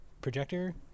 Projector